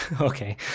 okay